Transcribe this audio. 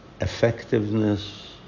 effectiveness